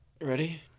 Ready